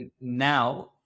now